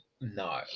No